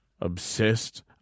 obsessed